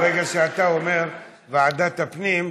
ברגע שאתה אומר ועדת הפנים,